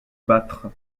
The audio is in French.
battre